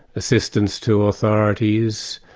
assistance to authorities,